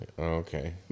Okay